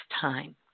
time